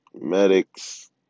medics